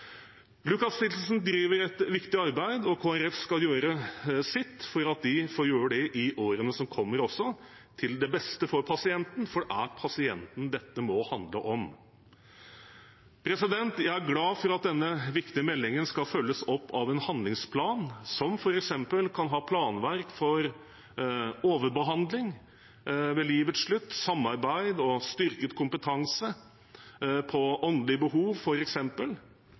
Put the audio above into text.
driver et viktig arbeid, og Kristelig Folkeparti skal gjøre sitt for at de får gjøre det i årene som kommer også, til beste for pasienten, for det er pasienten dette må handle om. Jeg er glad for at denne viktige meldingen skal følges opp av en handlingsplan, som f.eks. kan ha planverk for overbehandling ved livets slutt og samarbeid og styrket kompetanse på åndelige behov.